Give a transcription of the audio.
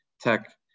tech